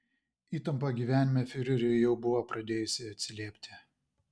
įtampa gyvenime fiureriui jau buvo pradėjusi atsiliepti